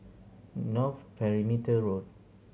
North Perimeter Road